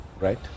right